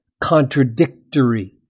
contradictory